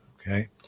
Okay